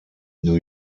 new